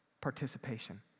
participation